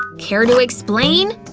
care to explain?